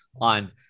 on